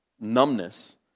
numbness